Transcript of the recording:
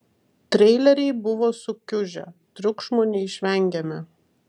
treileriai buvo sukiužę triukšmo neišvengėme